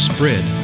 Spread